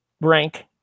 rank